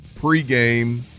pregame